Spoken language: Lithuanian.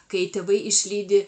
kai tėvai išlydi